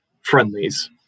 friendlies